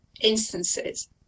Instances